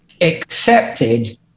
accepted